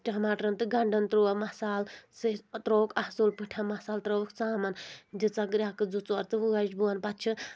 ٹماٹرَن تہٕ گَنٛڈَن تروو مسالہٕ سۭتۍ ترووُکھ اَصٕل پٲٹھۍ مسالہٕ ترٛٲوُکھ ژامَن دِژَکھ گرؠکہٕ زٕ ژور تہٕ وٲج بۄن پَتہٕ چھِ